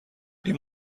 این